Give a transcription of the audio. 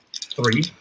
three